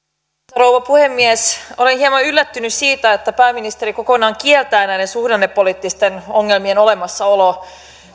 rouva puhemies olen hieman yllättynyt siitä että pääministeri kokonaan kieltää näiden suhdannepoliittisten ongelmien olemassaolon